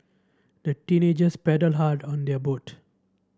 the teenagers paddled hard on their boat